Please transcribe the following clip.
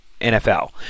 NFL